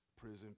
prison